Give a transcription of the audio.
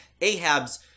Ahab's